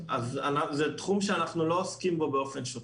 זה תחום שאנחנו לא עוסקים בו באופן שוטף.